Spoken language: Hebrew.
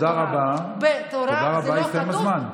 תודה רבה, הסתיים הזמן.